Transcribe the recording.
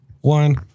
one